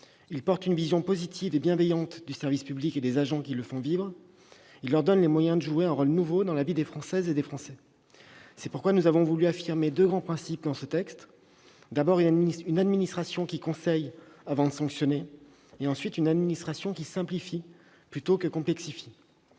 Il porte une vision positive et bienveillante du service public et des agents qui le font vivre. Il leur donne les moyens de jouer un rôle nouveau dans la vie des Françaises et des Français. C'est pourquoi nous avons voulu affirmer deux grands principes dans ce texte : d'abord, une administration qui conseille avant de sanctionner ; ensuite, une administration qui simplifie plutôt que de complexifier.